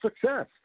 success